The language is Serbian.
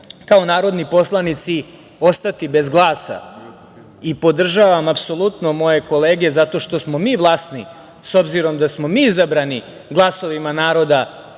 kao narodni poslanici ostati bez glasa i podržavam apsolutno moje kolege, zato što smo mi vlasni, s obzirom da smo mi izabrani glasovima naroda